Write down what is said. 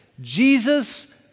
Jesus